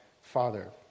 Father